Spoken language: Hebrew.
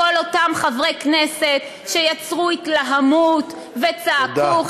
כל אותם חברי כנסת שיצרו התלהמות וצעקו,